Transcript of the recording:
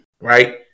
right